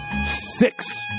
Six